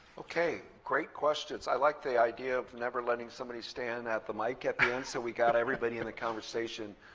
ok, great questions. i like the idea of never letting somebody stand at the mic at the end, so we got everybody in the conversation.